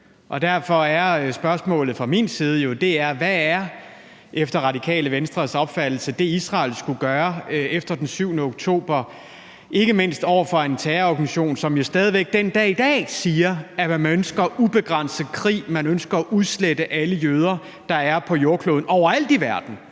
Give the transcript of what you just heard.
Derfor er spørgsmålet fra min side: Hvad er efter Radikale Venstres opfattelse det, Israel efter den 7. oktober skulle gøre over for en terrororganisation, som stadig væk den dag i dag siger, at man ønsker ubegrænset krig og ønsker at udslette alle jøder, der er på jordkloden overalt i verden